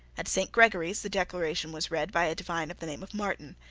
at saint gregory's the declaration was read by a divine of the name of martin.